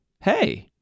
hey